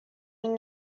این